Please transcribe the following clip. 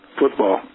football